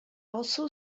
also